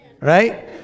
Right